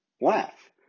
Laugh